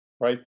right